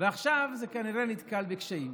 ועכשיו זה כנראה נתקל בקשיים.